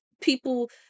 people